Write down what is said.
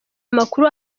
makuru